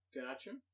Gotcha